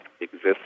exists